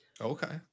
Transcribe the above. Okay